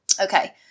Okay